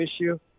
issue